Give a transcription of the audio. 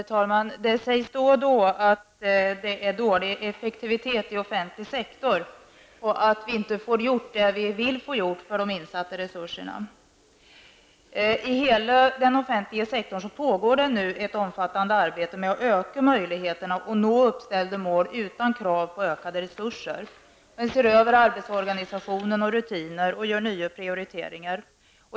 Herr talman! Det sägs då och då att effektiviteten i den offentliga sektorn är dålig och att vi inte får gjort det vi vill få gjort för de insatta resurserna. I hela den offentliga sektorn pågår nu ett omfattande arbete med att öka möjligheterna att nå uppställda mål utan krav på ökade resurser. Man ser över arbetsorganisationen och rutinerna och gör nya prioriteringar.